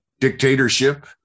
dictatorship